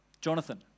Jonathan